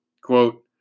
Quote